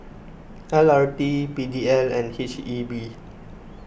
L R T P D L and H E B